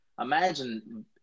imagine